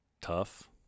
tough